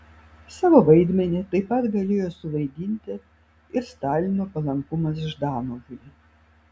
savo vaidmenį taip pat galėjo suvaidinti ir stalino palankumas ždanovui